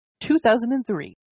2003